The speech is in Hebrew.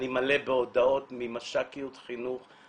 אני מלא בהודעות ממש"קיות חינוך,